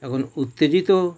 এখন উত্তেজিত